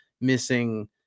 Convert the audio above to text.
missing